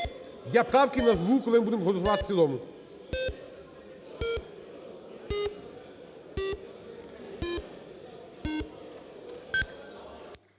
Я правки назву, коли ми будемо голосувати в цілому.